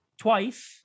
twice